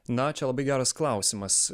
na čia labai geras klausimas